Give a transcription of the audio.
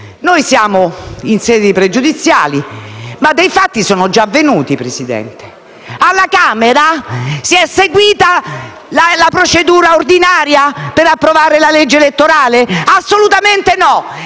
questioni pregiudiziali, ma dei fatti sono già avvenuti: alla Camera si è seguita la procedura ordinaria per approvare la legge elettorale? Assolutamente no.